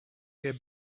get